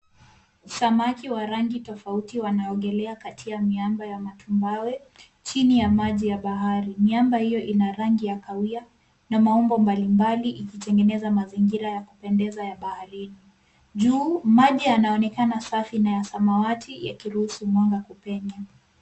Samaki wa rangi tofauti wanaogelea kati ya miamba ya matumbawe chini ya maji ya bahari. Miamba hiyo ina rangi ya kahawia na maumbo mbalimbali ikitengeneza mazingira ya kupendeza ya baharini. Juu, maji yanaonekana safi na ya samawati yakiruhusu mwanga kupenya.